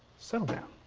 settle down,